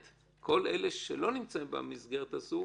ודבר שני, כל אלה שלא נמצאים במסגרת הזאת,